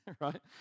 right